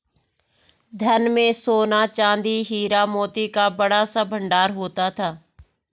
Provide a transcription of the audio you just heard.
धन में सोना, चांदी, हीरा, मोती का बड़ा सा भंडार होता था